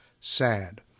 Sad